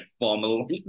formal